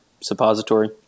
suppository